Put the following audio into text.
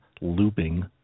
looping